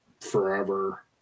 forever